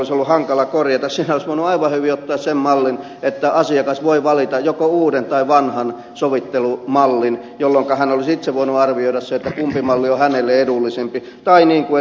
siihen olisi aivan hyvin voinut ottaa sen mallin että asiakas voi valita joko uuden tai vanhan sovittelumallin jolloinka hän olisi itse voinut arvioida sen kumpi malli on hänelle edullisempi tai niin kuin ed